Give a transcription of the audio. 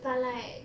but like